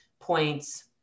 points